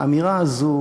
האמירה הזו